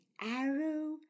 arrow